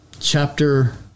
chapter